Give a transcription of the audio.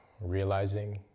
realizing